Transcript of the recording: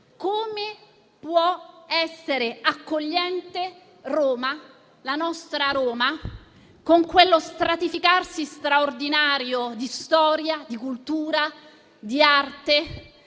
come può essere accogliente Roma, la nostra Roma, con quello stratificarsi straordinario di storia, di cultura e di arte